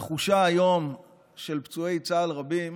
התחושה היום של פצועי צה"ל רבים